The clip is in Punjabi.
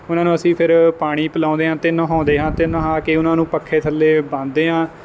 ਉਹਨਾਂ ਨੂੰ ਅਸੀਂ ਫਿਰ ਪਾਣੀ ਪਿਲਾਉਂਦੇ ਆ ਅਤੇ ਨਹਾਉਂਦੇ ਹਾਂ ਅਤੇ ਨਹਾ ਕੇ ਉਹਨਾਂ ਨੂੰ ਪੱਖੇ ਥੱਲੇ ਬੰਨਦੇ ਹਾਂ